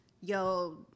yo